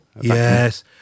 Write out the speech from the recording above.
Yes